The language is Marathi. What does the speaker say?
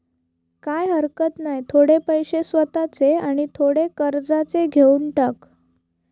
काय हरकत नाय, थोडे पैशे स्वतःचे आणि थोडे कर्जाचे घेवन टाक